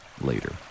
later